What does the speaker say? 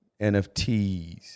NFTs